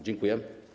Dziękuję.